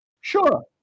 Sure